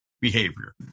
behavior